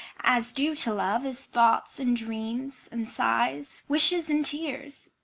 as due to love as thoughts and dreams and sighs, wishes and tears,